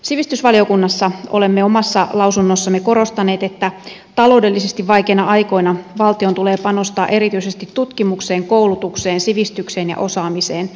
sivistysvaliokunnassa olemme omassa lausunnossamme korostaneet että taloudellisesti vaikeina aikoina valtion tulee panostaa erityisesti tutkimukseen koulutukseen sivistykseen ja osaamiseen